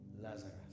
Lazarus